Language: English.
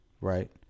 right